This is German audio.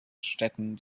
stätten